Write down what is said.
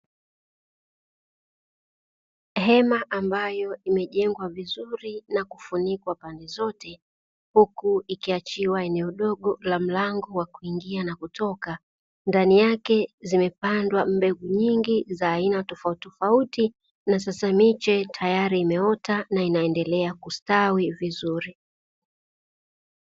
Hema ambayo imejengwa vizuri na kufunikwa pande zote huku ikiachiwa eneo dogo la mlango wa kuingia na kutoka. Ndani yake zimepandwa mbegu nyingi za aina tofautitofauti na sasa miche tayari imeota na inaendelea kustawi vizuri.